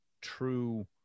true